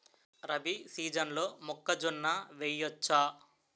రబీ సీజన్లో మొక్కజొన్న వెయ్యచ్చా?